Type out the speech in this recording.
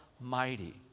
mighty